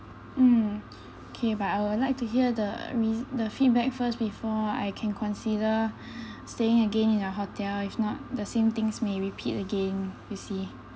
mm okay but I would like to hear the rea~ the feedback first before I can consider staying again in the hotel if not the same things may repeat again you see